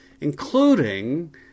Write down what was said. including